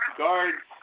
guards